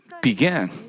began